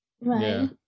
Right